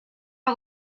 not